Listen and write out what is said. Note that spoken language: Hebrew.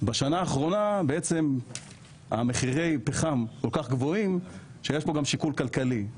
בשנה האחרונה מחירי הפחם כל כך גבוהים שיש פה גם שיקול כלכלי.